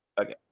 Okay